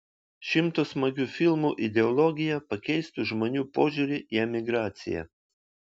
šimto smagių filmų ideologija pakeistų žmonių požiūrį į emigraciją